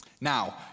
now